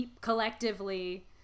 Collectively